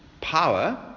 power